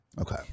Okay